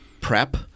prep